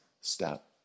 step